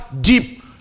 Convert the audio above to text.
deep